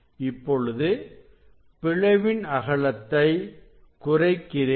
இப்பொழுது பிளவின் அகலத்தை குறைக்கிறேன்